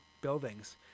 buildings